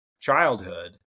childhood